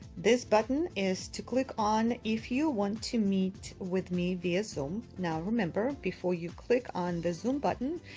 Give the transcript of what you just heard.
this button is to click on if you want to meet with me via zoom. now remember before you click on the zoom button,